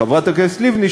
חברת הכנסת לבני,